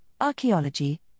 archaeology